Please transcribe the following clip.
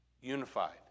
unified